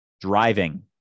driving